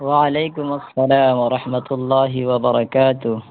وعلیکم السلام و ررحمتہ اللہ وبرکاتہ